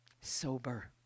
Sober